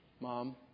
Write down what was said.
Mom